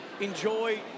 enjoy